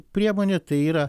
priemonė tai yra